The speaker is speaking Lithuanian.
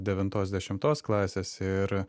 devintos dešimtos klasės ir